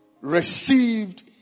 received